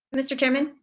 mr. chairman?